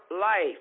life